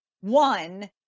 One